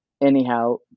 anyhow